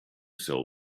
sell